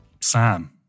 Sam